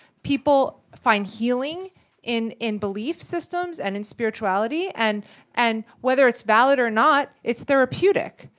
people find healing in in belief systems and in spirituality, and and whether it's valid or not, it's therapeutic,